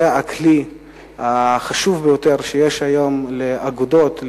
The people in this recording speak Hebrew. זה הכלי החשוב ביותר שיש היום לאגודות,